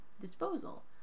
disposal